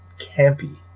campy